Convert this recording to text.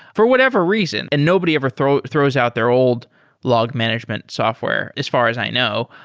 for whatever reason, and nobody ever throws throws out their old log management software as far as i know,